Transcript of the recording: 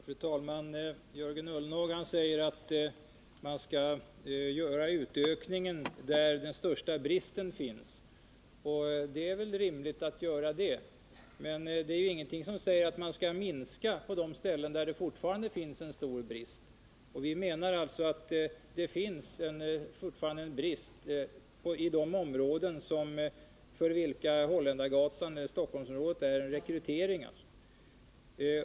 Fru talman! Jörgen Ullenhag säger att man skall göra utökningen där den största bristen finns, och det är väl rimligt att göra det, men det är ingenting som säger att man skall minska på de ställen där det fortfarande råder en stor brist. Vi anser att det fortfarande är stor brist på tandläkare i de områden kring Stockholm för vilka Holländargatan utgör rekryteringsbas.